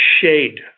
shade